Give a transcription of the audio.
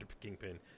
Kingpin